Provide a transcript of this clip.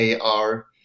AR